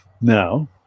now